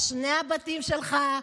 שני הבתים שלך.